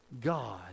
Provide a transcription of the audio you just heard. God